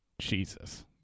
Jesus